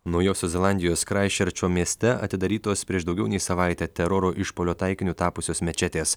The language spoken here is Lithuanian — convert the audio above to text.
naujosios zelandijos kraistčerčo mieste atidarytos prieš daugiau nei savaitę teroro išpuolio taikiniu tapusios mečetės